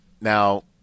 Now